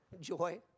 joy